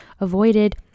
avoided